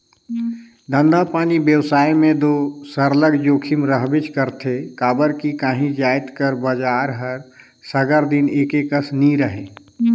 धंधापानी बेवसाय में दो सरलग जोखिम रहबेच करथे काबर कि काही जाएत कर बजार हर सगर दिन एके कस नी रहें